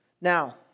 Now